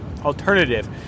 alternative